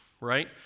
right